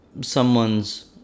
someone's